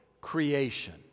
creation